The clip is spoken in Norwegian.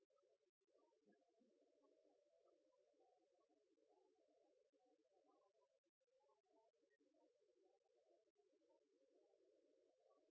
det antagelig er